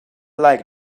like